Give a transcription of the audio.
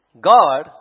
God